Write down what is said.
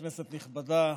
כנסת נכבדה,